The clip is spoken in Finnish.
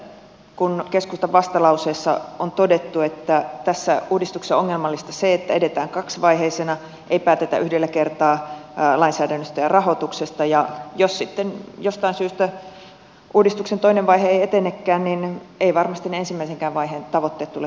olen samaa mieltä kuin keskustan vastalauseessa on todettu että tässä uudistuksessa ongelmallista on se että edetään kaksivaiheisena ei päätetä yhdellä kertaa lainsäädännöstä ja rahoituksesta ja jos sitten jostain syystä uudistuksen toinen vaihe ei etenekään niin eivät varmasti ne ensimmäisenkään vaiheen tavoitteet tule toteutumaan